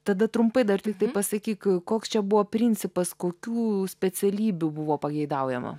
tada trumpai dar tiktai pasakyk koks čia buvo principas kokių specialybių buvo pageidaujama